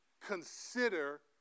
consider